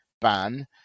ban